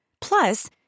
Plus